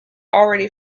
already